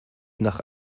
nach